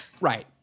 Right